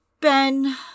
Ben